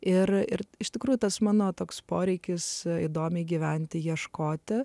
ir ir iš tikrųjų tas mano toks poreikis įdomiai gyventi ieškoti